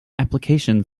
application